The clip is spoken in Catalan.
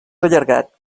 allargat